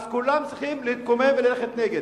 אז כולם צריכים להתקומם וללכת נגד.